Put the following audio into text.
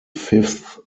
fifth